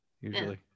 Usually